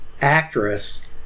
actress